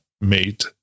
mate